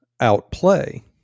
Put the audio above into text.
outplay